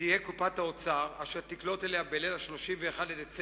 תהיה קופת האוצר, אשר תקלוט אליה בליל ה-30 בדצמבר